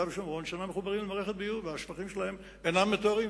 ושומרון שאינם מחוברים למערכת ביוב והשפכים שלהם אינם מטוהרים,